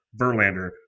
Verlander